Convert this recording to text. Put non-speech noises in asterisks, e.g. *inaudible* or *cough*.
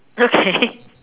okay *laughs*